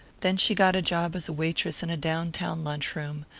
then she got a job as waitress in a down-town lunch-room,